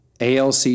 ALC